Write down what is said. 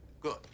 good